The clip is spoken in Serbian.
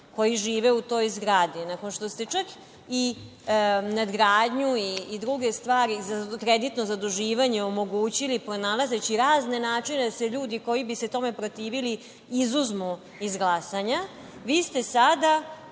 koji žive u toj zgradi, nakon što ste čak i nadgradnju i druge stvari i za kreditno zaduživanje omogućili pronalazeći razne načine da se ljudi koji bi se tome protivili izuzmu iz glasanja, vi ste sada,